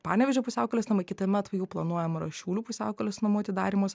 panevėžio pusiaukelės namai kitąmet jau planuojama yra šiaulių pusiaukelės namų atidarymas